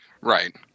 Right